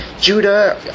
Judah